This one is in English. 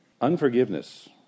Unforgiveness